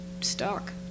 stuck